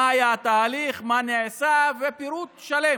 מה היה התהליך, מה נעשה, פירוט שלם.